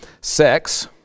sex